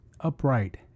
upright